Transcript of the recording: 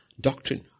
doctrine